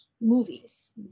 movies